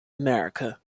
america